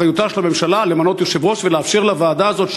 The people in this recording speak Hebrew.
אחריותה של הממשלה למנות יושב-ראש ולאפשר לוועדה הזאת,